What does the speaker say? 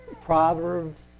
Proverbs